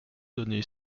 donner